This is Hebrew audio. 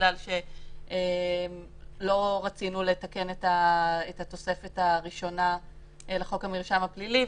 בגלל שלא רצינו לתקן את התוספת הראשונה לחוק המרשם הפלילי.